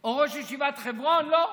או ראש ישיבת חברון, לא.